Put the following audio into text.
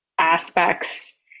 aspects